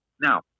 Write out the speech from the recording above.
now